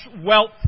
wealth